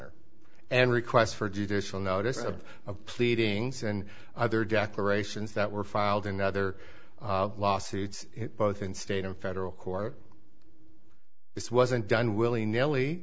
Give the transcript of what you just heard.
honor and requests for judicial notice of pleadings and other declarations that were filed another lawsuits both in state and federal court this wasn't done willy nilly